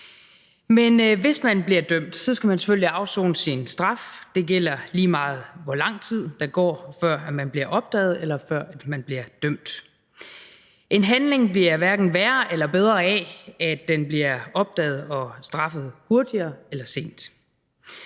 Men hvis man bliver dømt, skal man selvfølgelig afsone sin straf. Det gælder, lige meget hvor lang tid der går, før man bliver opdaget, eller før man bliver dømt. En handling bliver hverken værre eller bedre af, at den bliver opdaget og straffet tidligere eller senere.